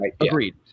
Agreed